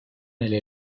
nelle